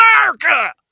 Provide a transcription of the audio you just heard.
America